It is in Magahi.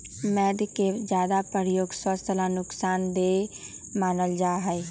मैद के ज्यादा प्रयोग स्वास्थ्य ला नुकसान देय मानल जाहई